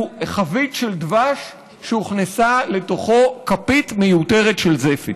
הוא חבית של דבש שהוכנסה לתוכו כפית מיותרת של זפת,